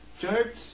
Church